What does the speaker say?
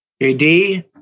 JD